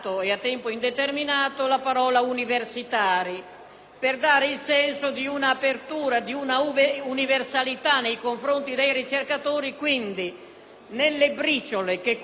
per dare il senso di un'apertura, di una universalità nei confronti dei ricercatori. Pertanto, nelle briciole che questo decreto-legge consente di recuperare